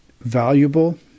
valuable